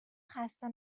خسته